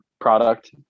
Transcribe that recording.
product